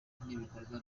n’ibikorwa